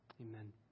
Amen